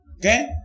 Okay